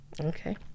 okay